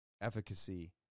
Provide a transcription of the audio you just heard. efficacy